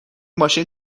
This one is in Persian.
ماشین